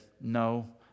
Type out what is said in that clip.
No